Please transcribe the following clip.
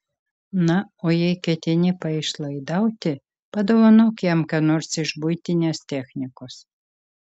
na o jei ketini paišlaidauti padovanok jam ką nors iš buitinės technikos